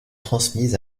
transmise